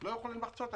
לא יכולים לחצות.